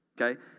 Okay